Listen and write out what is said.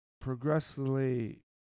progressively